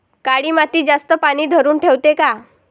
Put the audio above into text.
काळी माती जास्त पानी धरुन ठेवते का?